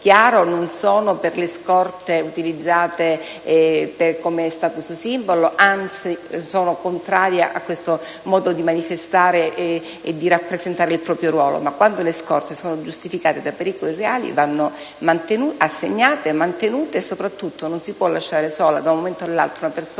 chiaro: non sono per le scorte utilizzate come *status symbol*, anzi sono proprio contraria a questo modo di manifestare e di rappresentare il proprio ruolo. Ma quando le scorte sono giustificate da pericoli reali vanno assegnate e mantenute. Soprattutto, non si può lasciare sola da un momento all'altro una persona,